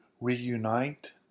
reunite